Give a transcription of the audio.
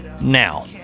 Now